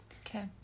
Okay